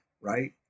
right